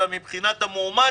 אלא מבחינת המועמד